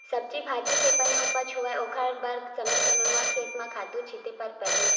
सब्जी भाजी के बने उपज होवय ओखर बर समे समे म खेत म खातू छिते बर परही